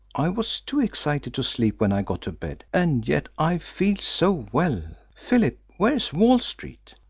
i was too excited to sleep when i got to bed, and yet i feel so well. philip, where's wall street?